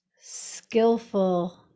skillful